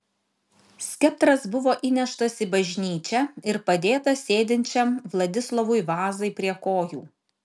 skeptras buvo įneštas į bažnyčią ir padėtas sėdinčiam vladislovui vazai prie kojų